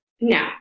No